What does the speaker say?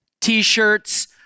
T-shirts